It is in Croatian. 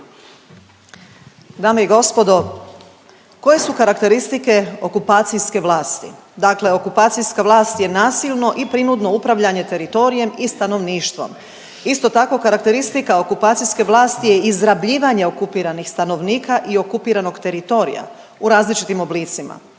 Dame i gospodo. Koje su karakteristike okupacijske vlasti? Dakle, okupacijska vlast je nasilno i prinudno upravljanje teritorijem i stanovništvom. Isto tako karakteristika okupacijske vlasti je izrabljivanje okupiranih stanovnika i okupiranog teritorija u različitim oblicima.